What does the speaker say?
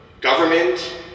government